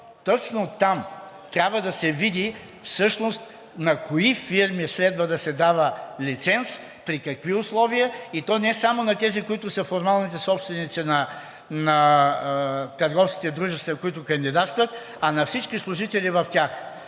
точно там трябва да се види всъщност на кои фирми следва да се дава лиценз, при какви условия, и то не само на тези, които са формалните собственици на търговските дружества, които кандидатстват, а на всички служители в тях.